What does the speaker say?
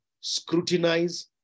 scrutinize